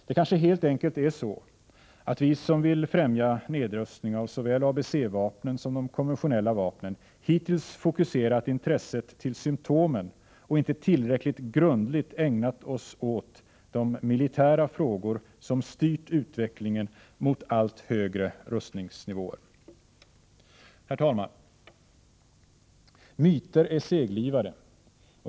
Det kanske helt enkelt är så att vi som vill främja nedrustning av såväl ABC-vapnen som de konventionella vapnen hittills har fokuserat intresset till symptomen och inte tillräckligt grundligt ägnat oss åt de militära frågor som styrt utvecklingen mot allt högre rustningsnivåer. Herr talman! Myter är seglivade.